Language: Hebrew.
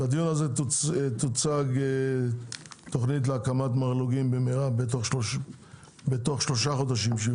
בדיון הזה תוצג תוכנית להקמת מרלו"גים בתוך שלושה חודשים.